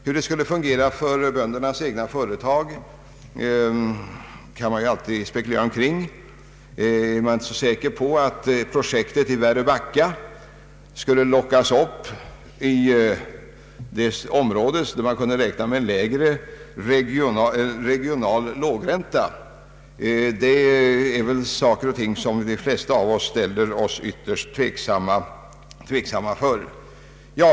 Hur den skulle fungera för böndernas företag kan man ju alltid spekulera omkring. Att projektet i Väröbacka skulle flyttas till ett helt annat område som kan locka med en regional lågränta är väl en sak som de flesta av oss ställer sig ytterst tveksamma inför.